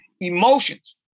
Emotions